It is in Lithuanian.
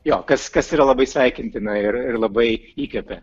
jo kas kas yra labai sveikintina ir ir labai įkvepia